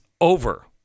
over